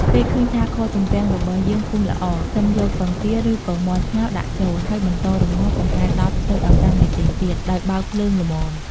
ពេលឃើញថាខទំពាំងរបស់យើងពុះល្អ សិមយកពងទា ឬ ពងមាន់ស្ងោរដាក់ចូល ហើយបន្តរំងាស់ប្រហែល ១០ទៅ ១៥នាទីទៀត ដោយបើកភ្លើងល្មម។